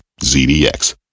ZDX